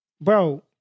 Bro